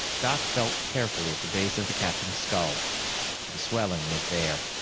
doc felt carefully at the base of the captain's skull the swelling was there.